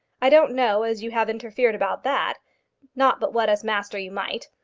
i don't know as you have interfered about that not but what as master you might.